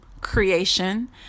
creation